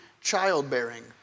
childbearing